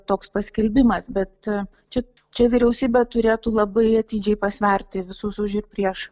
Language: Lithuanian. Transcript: toks paskelbimas bet čia čia vyriausybė turėtų labai atidžiai pasverti visus už ir prieš